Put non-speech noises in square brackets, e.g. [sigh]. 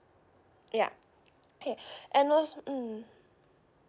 yup okay [breath] and al~ mm